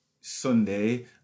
sunday